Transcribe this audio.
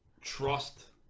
trust